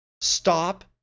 Stop